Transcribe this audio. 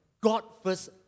God-first